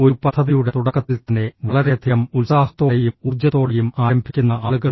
ഒരു പദ്ധതിയുടെ തുടക്കത്തിൽ തന്നെ വളരെയധികം ഉത്സാഹത്തോടെയും ഊർജ്ജത്തോടെയും ആരംഭിക്കുന്ന ആളുകളുണ്ട്